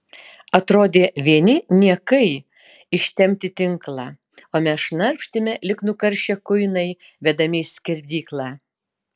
atrodė vieni niekai ištempti tinklą o mes šnarpštėme lyg nukaršę kuinai vedami į skerdyklą